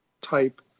type